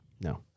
No